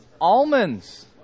almonds